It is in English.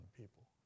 people